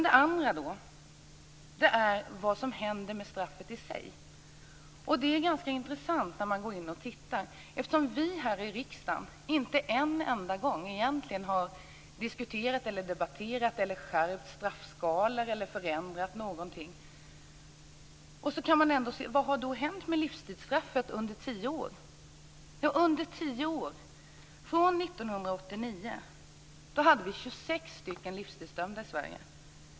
Det andra skälet har att göra med vad som händer med straffet i sig. Detta är ganska intressant när man går in och tittar närmare på det. Vi här i riksdagen har ju egentligen inte en enda gång diskuterat eller debatterat och inte heller skärpt straffskalor eller förändrat någonting. Vad har då hänt med livstidsstraffet under tio år? Ja, 1989 hade vi 26 livstidsdömda i Sverige.